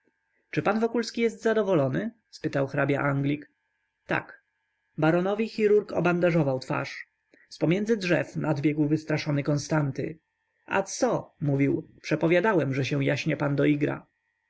czy pan wokulski jest zadowolony spytał hrabia-anglik tak baronowi chirurg obandażował twarz z pomiędzy drzew nadbiegł wystraszony konstanty a co mówił przepowiadałem że się jaśnie pan doigra